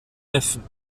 neffen